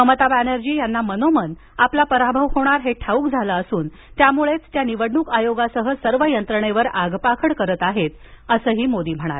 ममता बॅनर्जी यांना मनोमन आपला पराभव होणार हे ठाऊक झालं असून त्यामुळेच त्या निवडणूक आयोगासह सर्व यंत्रणेवर खापर फोडत आहेत असंही मोदी म्हणाले